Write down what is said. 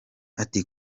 ati